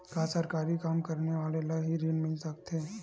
का सरकारी काम करने वाले ल हि ऋण मिल सकथे?